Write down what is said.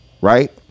right